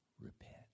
Repent